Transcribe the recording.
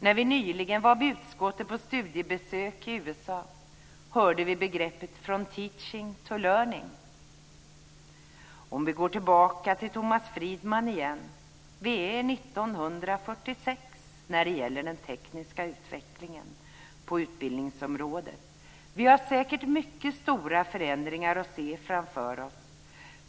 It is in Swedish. När vi nyligen var med utskottet på studiebesök i USA hörde vi begreppet from teaching to learning. Om vi går tillbaka till Thomas Friedman kan vi säga att det är 1946 när det gäller den tekniska utvecklingen på utbildningsområdet. Vi har säkert mycket stora förändringar att se framför oss.